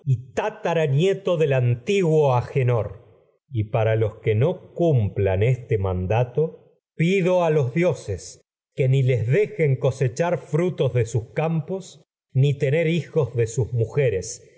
tataranieto edipo rey del antiguo agenor y para a los que no que cumplan este mandato frutos pido sus los dioses ni les dejen cosechar de campos ni tener hijos de sus mujeres